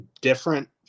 different